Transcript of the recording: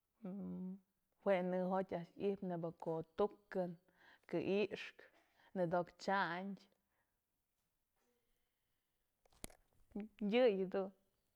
Juë në jotyë a'ax ijpë nebyë ko'o tukën, kë'ix, nëdo'okë t'syand, yëyë dun.